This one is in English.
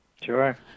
sure